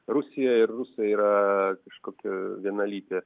rusija ir rusai yra kažkokia vienalytė